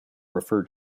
referred